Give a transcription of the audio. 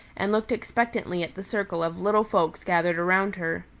and looked expectantly at the circle of little folks gathered around her.